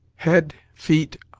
head, feet,